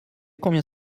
combien